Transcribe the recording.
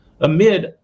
amid